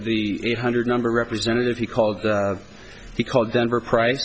the eight hundred number representative he called he called denver price